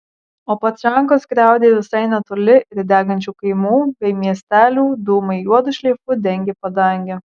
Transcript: o patrankos griaudė visai netoli ir degančių kaimų bei miestelių dūmai juodu šleifu dengė padangę